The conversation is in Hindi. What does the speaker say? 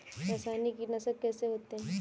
रासायनिक कीटनाशक कैसे होते हैं?